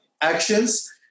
actions